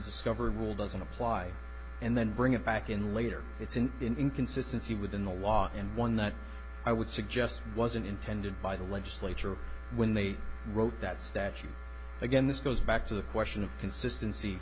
discover a rule doesn't apply and then bring it back in later it's an inconsistency within the law and one that i would suggest wasn't intended by the legislature when they wrote that statute again this goes back to the question of consistency